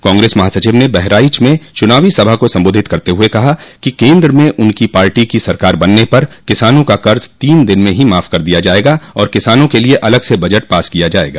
कांग्रेस महासचिव ने बहराइच में चूनावी सभा को सम्बोधित करते हुये कहा कि केन्द्र में उनकी पार्टी की सरकार बनने पर किसानों का कर्ज तीन दिन में ही माफ कर दिया जायेगा और किसानों के लिये अलग से बजट पास किया जायेगा